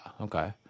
Okay